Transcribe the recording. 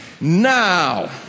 Now